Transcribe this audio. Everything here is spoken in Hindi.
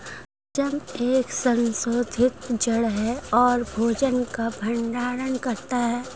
शलजम एक संशोधित जड़ है और भोजन का भंडारण करता है